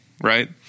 right